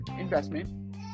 investment